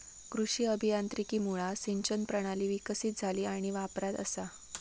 कृषी अभियांत्रिकीमुळा सिंचन प्रणाली विकसीत झाली आणि वापरात असा